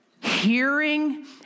Hearing